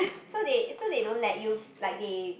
so that so that don't let you like they